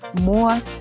more